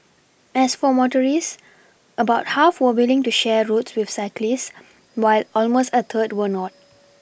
as for motorists about half were willing to share roads with cyclists while almost a third were not